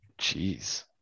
Jeez